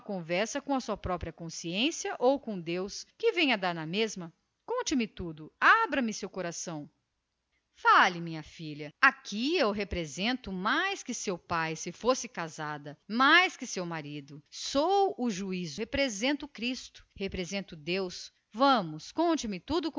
tem com a sua própria consciência ou com deus que vem a dar na mesma conte-me tudo abra me seu coração fale minha afilhada aqui eu represento mais do que seu pai se fosse casada mais do que seu marido sou o juiz compreende represento cristo represento o tribunal do céu vamos pois conte-me tudo